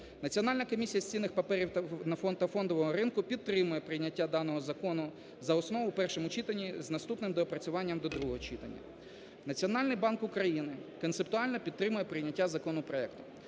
Національна комісія з цінних паперів та фондового ринку підтримує прийняття даного закону за основу в першому читанні з наступним доопрацюванням до другого читання. Національний банк України концептуально підтримує прийняття законопроекту.